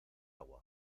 agua